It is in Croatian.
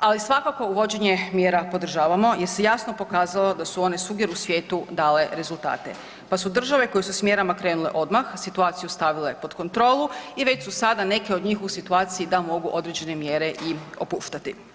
ali svakako uvođenje mjera podržavamo jer se jasno pokazalo da su one svugdje u svijetu dale rezultate pa su države koje su s mjerama krenule odmah situaciju stavile pod kontrolu i već u sada neke od njih u situaciji da mogu određene mjere i opuštati.